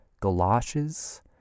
galoshes